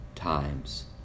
Times